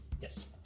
Yes